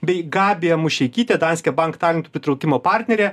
bei gabija mušeikytė danske bank talentų pritraukimo partnerė